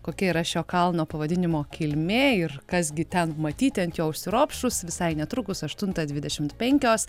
kokia yra šio kalno pavadinimo kilmė ir kas gi ten matyti ant jo užsiropštus visai netrukus aštuntą dvidešimt penkios